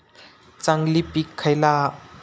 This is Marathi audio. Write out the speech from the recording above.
चांगली पीक खयला हा?